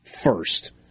first